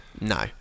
No